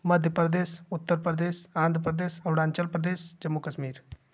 Madhya Pradesh Uttar Pradesh Andhra Pradesh Arunachal Pradesh Jammu Kashmir